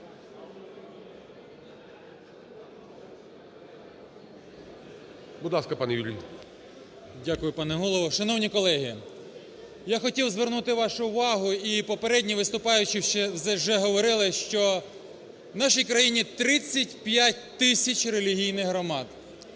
Дякую, пане Голово. Шановні колеги, я хотів звернути вашу увагу і попередні виступаючі вже говорили, що в нашій країні 35 тисяч релігійних громад.